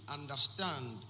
understand